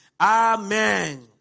Amen